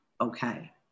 okay